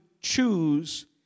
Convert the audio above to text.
choose